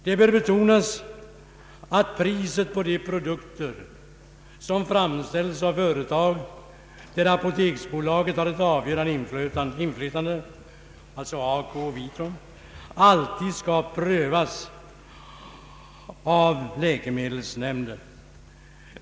Det bör väl betonas att priset på de produkter som framställs av företag i vilka apoteksbolaget har ett avgörande inflytande, alltså ACO och Vitrum, skall prövas av läkemedelsnämnden.